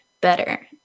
better